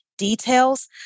details